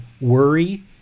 worry